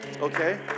Okay